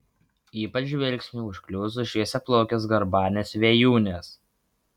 ypač žvilgsniui užkliuvus už šviesiaplaukės garbanės vėjūnės